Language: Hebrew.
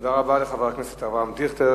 תודה רבה לחבר הכנסת אברהם דיכטר.